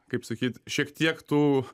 kaip sakyt šiek tiek tų